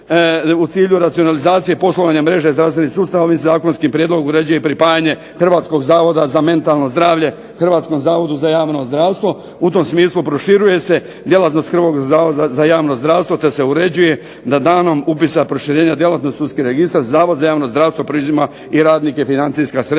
u cilju racionalizacije poslovanja mreže zdravstvenih sustava ovim zakonskim prijedlogom uređuje i pripajanje Hrvatskog zavoda za mentalno zdravlje Hrvatskom zavodu za javno zdravstvo. U tom smislu proširuje se djelatnost HRvatskog zavoda za javno zdravstvo te se uređuje da danom upisa proširenja djelatnosti u sudski registar Zavod za javno zdravstvo preuzima i radnike i financijska sredstva,